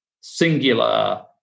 singular